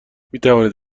میتوانید